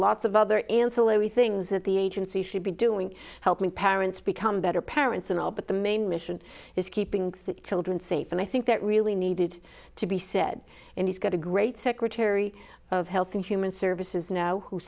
lots of other ancillary things that the agency should be doing helping parents become better parents and all but the main mission is keeping the children safe and i think that really needed to be said and he's got a great secretary of health and human services now who